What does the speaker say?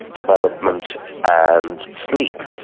development and sleep.